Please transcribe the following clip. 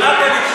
סיעת הליכוד,